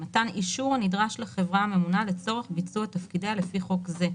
מתן אישור הנדרש לחברה הממונה לצורך ביצוע תפקידיה לפי חוק זה,